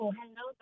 hello